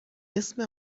اسم